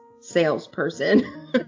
salesperson